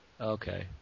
Okay